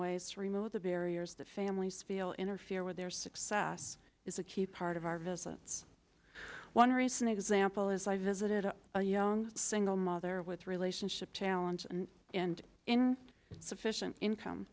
ways to remove the barriers that families feel interfere with their success is a key part of our visits one reason example is i visited a young single mother with relationship challenge and and in sufficient income